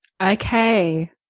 okay